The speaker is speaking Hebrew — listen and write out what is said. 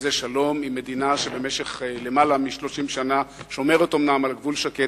וזה שלום עם מדינה שבמשך יותר מ-30 שנה אומנם שומרת על גבול שקט,